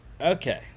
Okay